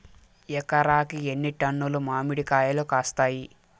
ఎకరాకి ఎన్ని టన్నులు మామిడి కాయలు కాస్తాయి?